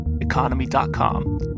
economy.com